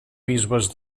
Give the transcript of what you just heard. bisbes